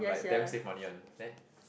like damn save money one there